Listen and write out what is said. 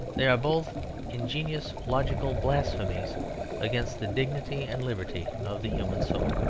they are both ingenious logical blasphemies against the dignity and liberty of the human soul.